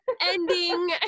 ending